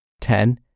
ten